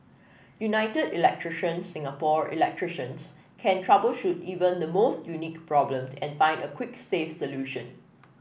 United Electrician Singapore electricians can troubleshoot even the most unique problems and find a quick safe solution